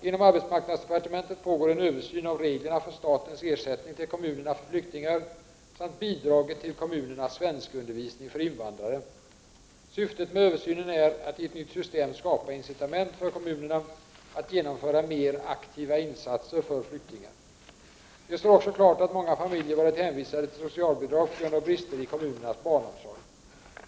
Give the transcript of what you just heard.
Inom arbetsmarknadsdepartementet pågår en översyn av reglerna för statens ersättning till kommunerna för flyktingar samt reglerna för bidraget till kommunernas svenskundervisning för invandrare. Syftet med översynen är att i ett nytt system skapa incitament för kommunerna att genomföra mer aktiva insatser för flyktingar. Det står också klart att många familjer varit hänvisade till socialbidrag på grund av brister i kommunernas barnomsorg.